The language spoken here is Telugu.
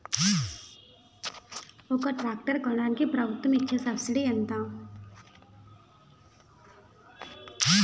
ఒక ట్రాక్టర్ కొనడానికి ప్రభుత్వం ఇచే సబ్సిడీ ఎంత?